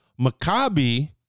Maccabi